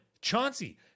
Chauncey